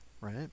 right